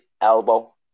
elbow